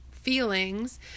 Feelings